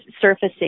surfacing